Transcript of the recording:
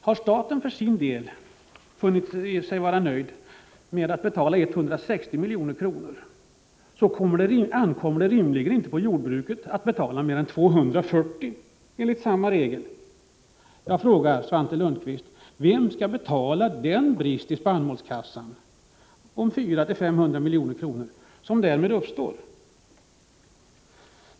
Har staten för sin del funnit sig vara nöjd med att betala 160 milj.kr., ankommer det enligt samma regel rimligen inte på jordbruket att betala mer än 240 miljoner. Jag vill fråga Svante Lundkvist: Vem skall betala den brist om 400-500 milj.kr. som därmed uppstår i spannmålskassan?